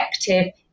effective